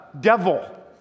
devil